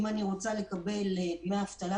אם אני רוצה כבמאית לקבל דמי אבטלה,